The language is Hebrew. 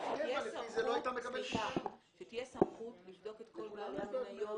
שתהיה סמכות לבדוק את כל בעלי המניות.